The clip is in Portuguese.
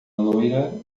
loira